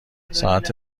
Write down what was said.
ساعت